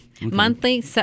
Monthly